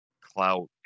clout